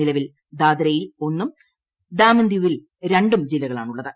നിലവിൽ ദാദ്രയിൽ ഒന്നും ദാമൻ ദിയുവിൽ രണ്ടും ജില്ലകളാണ് ഉള്ളത്